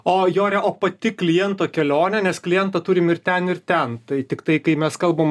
o jore o pati kliento kelionė nes klientą turim ir ten ir ten tai tiktai kai mes kalbam